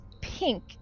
pink